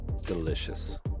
Delicious